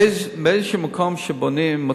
במקום שבונים,